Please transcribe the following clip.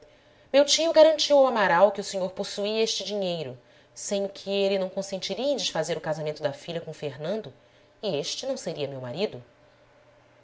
meu tio garantiu ao amaral que o senhor possuía este dinheiro sem o que ele não consentiria em desfazer o casamento da filha com fernando e este não seria meu marido